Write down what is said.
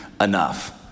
enough